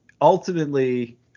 ultimately –